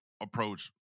approach